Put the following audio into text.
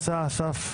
(הוראת שעה), התשפ"ב-2022.